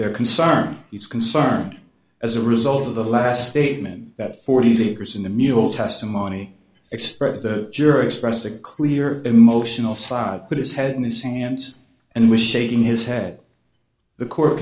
their concern is concerned as a result of the last statement that forty years in the middle testimony expressed the jury expressed a clear emotional side put his head in the sand and was shaking his head the court